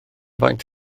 faint